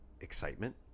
excitement